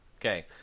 Okay